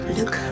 Look